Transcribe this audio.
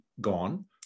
gone